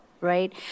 right